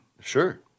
sure